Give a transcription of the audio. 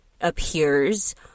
appears